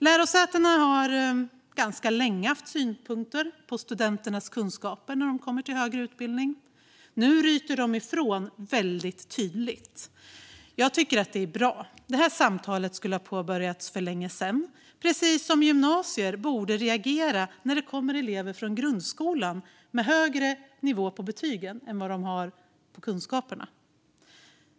Lärosätena har ganska länge haft synpunkter på studenternas kunskaper när de kommer till högre utbildning. Nu ryter lärosätena ifrån väldigt tydligt. Jag tycker att det är bra. Det här samtalet skulle ha påbörjats för länge sedan, precis som gymnasier borde reagera när det kommer elever från grundskolan med högre nivå på betygen än vad de har på kunskaperna.